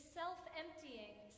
self-emptying